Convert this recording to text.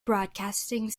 broadcasting